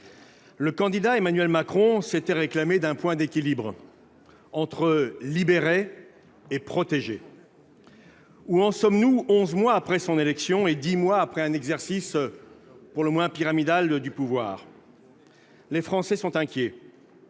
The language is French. le candidat Emmanuel Macron s'était réclamé d'un point d'équilibre entre libérer et protéger. Où en sommes-nous onze mois après son élection et dix mois après un exercice, pour le moins, pyramidal du pouvoir ? Les Français sont inquiets.